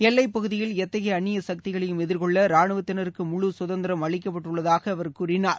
எல்லைப் பகுதியில் எத்தகைய அந்நிய சக்திகளையும் எதிர்கொள்ள ரானுவத்தினருக்கு முழு சுதந்திரம் அளிக்கப்பட்டுள்ளதாக அவர் கூறினார்